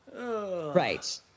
Right